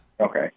Okay